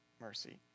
mercy